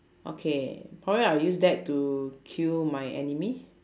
okay probably I'll use that to kill my enemy